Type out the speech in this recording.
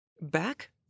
Back